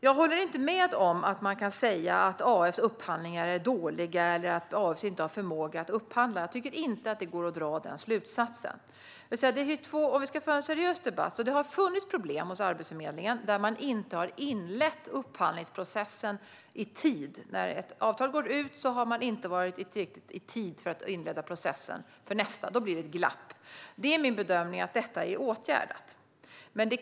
Jag håller inte med om att man kan säga att AF:s upphandlingar är dåliga eller att AF inte har förmåga att upphandla. Jag tycker inte att det går att dra den slutsatsen. Låt oss föra en seriös debatt. Det har funnits problem hos Arbetsförmedlingen, där man inte har inlett upphandlingsprocessen i tid. När ett avtal går ut har man inte i tid inlett processen för nästa, och då blir det ett glapp. Men det är min bedömning att detta är åtgärdat.